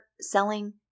selling